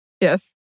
Yes